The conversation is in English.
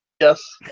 Yes